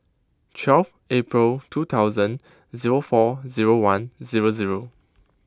twelve April two thousand zero four zero one zero zero